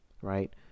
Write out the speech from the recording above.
right